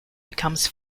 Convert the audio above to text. becomes